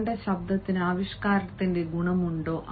നിങ്ങളുടെ ശബ്ദത്തിന് ആവിഷ്കാരത്തിന്റെ ഗുണമുണ്ടോ